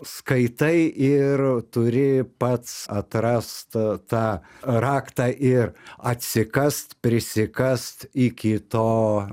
skaitai ir turi pats atrast tą raktą ir atsikast prisikasti iki to